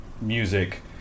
music